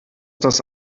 das